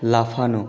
লাফানো